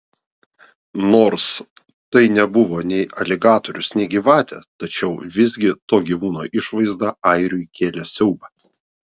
nors tai nebuvo nei aligatorius nei gyvatė tačiau visgi to gyvūno išvaizda airiui kėlė siaubą